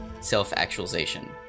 self-actualization